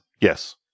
Yes